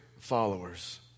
followers